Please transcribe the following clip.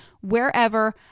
wherever